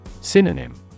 Synonym